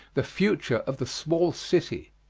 the future of the small city.